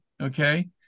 Okay